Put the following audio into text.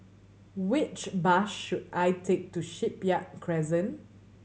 which bus should I take to Shipyard Crescent